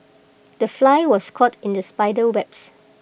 the fly was caught in the spider webs